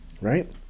Right